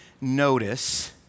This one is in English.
notice